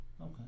okay